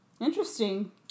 Interesting